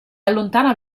allontana